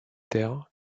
terres